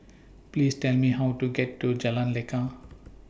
Please Tell Me How to get to Jalan Lekar